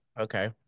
Okay